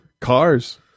cars